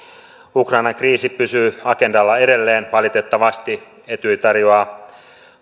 ukrainan kriisi pysyy agendalla edelleen valitettavasti etyj tarjoaa